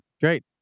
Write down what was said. Great